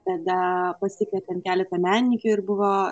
tada pasikvietėm keletą menininkių ir buvo